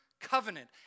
covenant